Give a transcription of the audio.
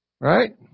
Right